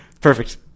perfect